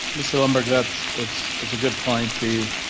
mr. lumber, that's that's that's a good point. the,